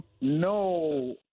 No